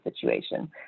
situation